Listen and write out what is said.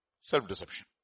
self-deception